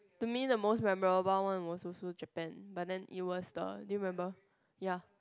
to me the most memorable one was also Japan but then it was the do you remember ya